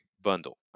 bundle